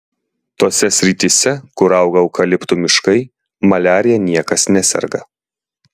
tose srityse kur auga eukaliptų miškai maliarija niekas neserga